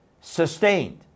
sustained